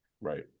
right